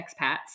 expats